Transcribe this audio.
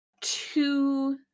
two